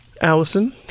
Allison